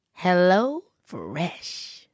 HelloFresh